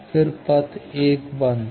फिर पथ 1 बंद है